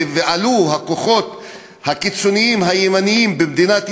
ועלו הכוחות הקיצוניים הימניים במדינת ישראל,